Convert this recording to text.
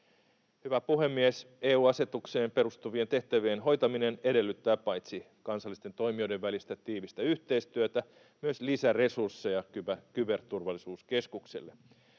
Hyvä puhemies! EU-asetukseen perustuvien tehtävien hoitaminen edellyttää paitsi kansallisten toimijoiden välistä tiivistä yhteistyötä myös lisäresursseja Kyberturvallisuuskeskukselle.